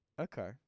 Okay